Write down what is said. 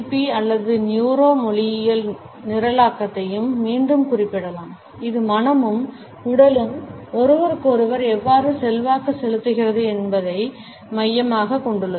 B அல்லது neuro மொழியியல் நிரலாக்கத்தையும் மீண்டும் குறிப்பிடலாம் இது மனமும் உடலும் ஒருவருக்கொருவர் எவ்வாறு செல்வாக்கு செலுத்துகிறது என்பதை மையமாகக் கொண்டுள்ளது